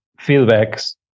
feedbacks